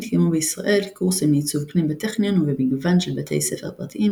התקיימו בישראל קורסים לעיצוב פנים בטכניון ובמגוון של בתי ספר פרטיים,